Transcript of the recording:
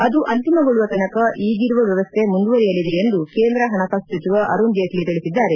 ಅದು ಅಂತಿಮಗೊಳ್ಳುವ ತನಕ ಈಗಿರುವ ವ್ಲವಸ್ಥೆ ಮುಂದುವರೆಯಲಿದೆ ಎಂದು ಕೇಂದ್ರ ಹಣಕಾಸು ಸಚಿವ ಅರುಣ್ ಜೇಟ್ಲ ತಿಳಿಸಿದ್ದಾರೆ